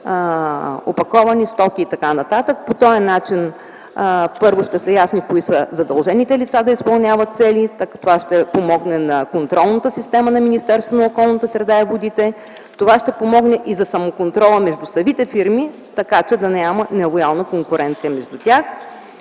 опаковани стоки и така нататък. По този начин първо ще са ясни кои са задължените лица, това ще помогне на контролната система на Министерството на околната среда и водите, това ще помогне и за самоконтрола между самите фирми, така че да няма нелоялна конкуренция между тях.